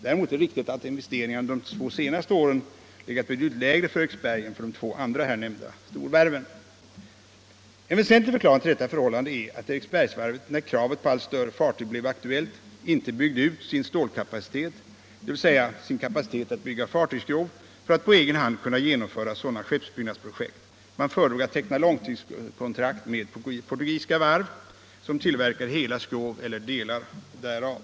Däremot är det riktigt att investeringarna under de två senaste åren har legat betydligt lägre för Eriksberg än för de två andra här nämnda storvarven. En väsentlig förklaring till detta förhållande är att Eriksbergsvarvet när kravet på allt större fartyg blev aktuellt inte byggde ut sin stålkapacitet, dvs. sin kapacitet att bygga fartygsskrov, för att på egen hand kunna genomföra sådana skeppsbyggnadsprojekt. Man föredrog att teckna långstidskontrakt med portugisiska varv, som tillverkade hela skrov eller delar därav.